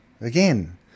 Again